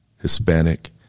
Hispanic